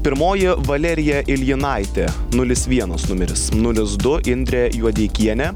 pirmoji valerija iljinaitė nulis vienas numeris nulis du indrė juodeikienė